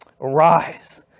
Arise